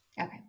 Okay